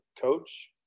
Coach